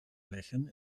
liggen